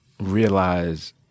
realize